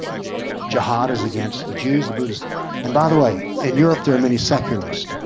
jihad is against the jews, the buddhists and by the way in europe there are many secularists.